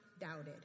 doubted